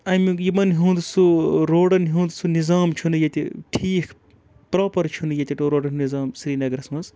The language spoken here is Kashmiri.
اَمیُک یِمَن ہُنٛد سُہ روڈَن ہُنٛد سُہ نِظام چھُنہٕ ییٚتہِ ٹھیٖک پرٛاپَر چھُنہٕ ییٚتہِ روڈَن نِظام سریٖنَگرَس منٛز